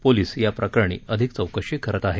police या प्रकरणी अधिक चौकशी करत आहेत